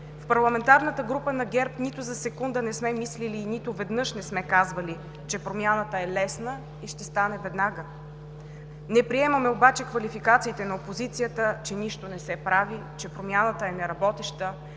В парламентарната група на ГЕРБ нито за секунда не сме мислили и нито веднъж не сме казвали, че промяната е лесна и ще стане веднага. Не приемаме обаче квалификациите на опозицията, че нищо не се прави, че промяната е неработеща,